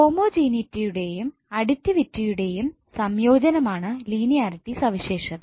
ഹോമജനീറ്റിയുടെയും അടിറ്റിവിറ്റിയുടെയും സംയോജനമാണ് ലീനിയാരിറ്റി സവിശേഷത